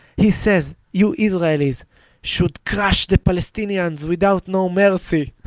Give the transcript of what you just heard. he says, you israelis should crush the palestinians without no mercy!